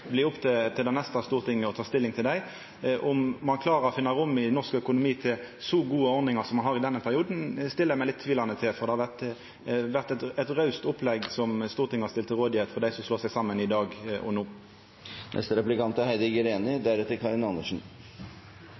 blir sterkare og leverer betre tenester, òg kan koma i framtida og slå seg saman. Men det får bli opp til det neste stortinget å ta stilling til dei. Om ein klarar å finna rom i norsk økonomi til så gode ordningar som ein har i denne perioden, stiller eg meg litt tvilande til, for det har vore eit raust opplegg Stortinget har stilt til rådvelde for dei som slår seg saman i dag.